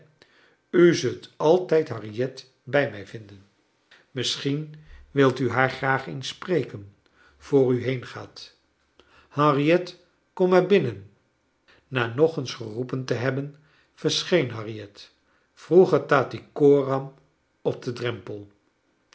u zult altijd harriet bij mij vinden misschien wilt u haar graag eens spreken voor u heengaat harriet kom maar binnen na nog eens geroepen te hebben verscheen harriet vroeger tatty coram op den drempel